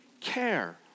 care